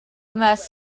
must